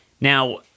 Now